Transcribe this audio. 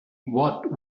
what